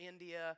India